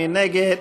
מי נגד?